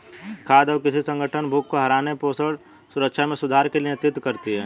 खाद्य और कृषि संगठन भूख को हराने पोषण सुरक्षा में सुधार के लिए नेतृत्व करती है